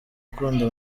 ukunda